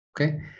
Okay